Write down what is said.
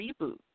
reboot